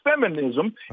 feminism